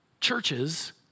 churches